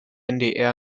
ndr